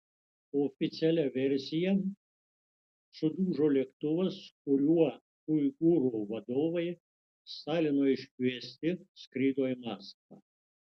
oficialia versija sudužo lėktuvas kuriuo uigūrų vadovai stalino iškviesti skrido į maskvą